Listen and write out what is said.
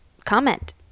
Comment